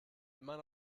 immer